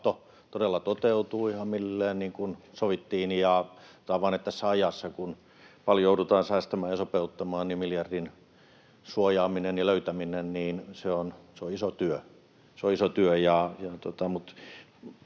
tahto todella toteutuu ihan millilleen niin kuin sovittiin. On vain niin, että tässä ajassa, kun paljon joudutaan säästämään ja sopeuttamaan, miljardin suojaaminen ja löytäminen on iso työ,